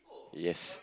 yes